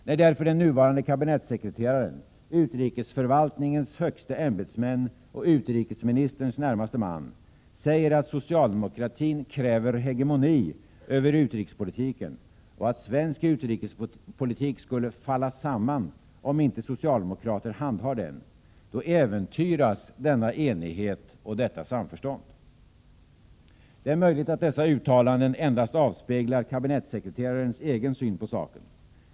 När därför den nuvarande kabinettssekreteraren, utrikesförvaltningens högste ämbetsman och utrikesministerns närmaste man, säger, att socialdemokratin kräver ”hegemoni” över utrikespolitiken och att svensk utrikespolitik skulle ”falla samman”, om inte socialdemokrater handhar den, då äventyras denna enighet och detta samförstånd. Det är möjligt att dessa uttalanden endast avspeglar kabinettssekreterarens egen syn på saken.